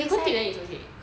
silicon tip then it's okay